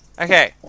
Okay